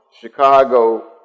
Chicago